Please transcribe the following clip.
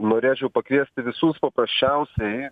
norėčiau pakviesti visus paprasčiausiai